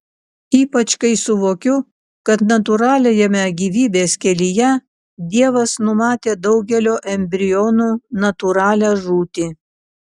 ypač kai suvokiu kad natūraliajame gyvybės kelyje dievas numatė daugelio embrionų natūralią žūtį